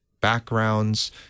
backgrounds